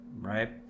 Right